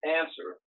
answer